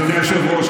אדוני היושב-ראש,